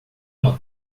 uma